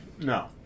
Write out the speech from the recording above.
No